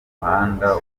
muhanda